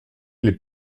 les